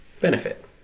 benefit